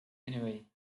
anyway